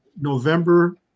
November